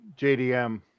JDM